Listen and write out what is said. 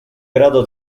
grado